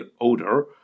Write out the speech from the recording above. odor